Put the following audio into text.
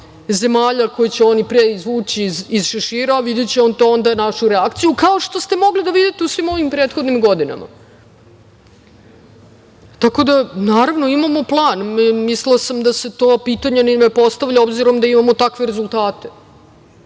koje će oni pre izvući iz šešira, a videćete onda našu reakciju, kao što ste mogli da vidite u svim ovim prethodnim godinama. Naravno, imamo plan. Mislila sam da se to pitanje ni ne postavlja, s obzirom da imamo takve rezultate